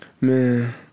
man